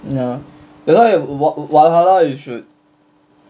ya that's why valhalla you should